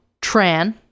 Tran